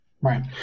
Right